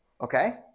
okay